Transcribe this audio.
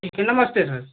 ठीक है नमस्ते सर